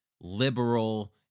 liberal